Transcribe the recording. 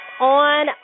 on